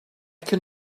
can